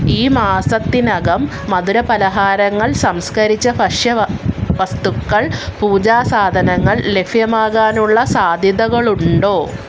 ഈ മാസത്തിനകം മധുരപലഹാരങ്ങൾ സംസ്കരിച്ച ഭക്ഷ്യ വ വസ്തുക്കൾ പൂജാ സാധനങ്ങൾ ലഭ്യമാകാനുള്ള സാധ്യതകളുണ്ടോ